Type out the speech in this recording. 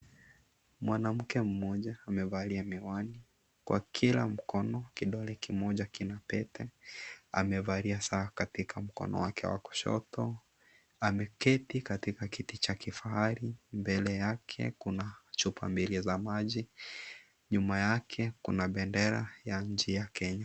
Mwanamke mmoja amevalia miwani kwa kila mkono kidole kimoja kina pete, amevalia saa katika mkono wake wa kushoti ameketi katika kiti cha kifahari mbele yake kuna chupa mbili za maji na nyuma yake kuna bendera ya nchi ya Kenya.